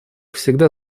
всегда